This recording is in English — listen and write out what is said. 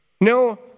No